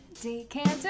decanter